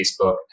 Facebook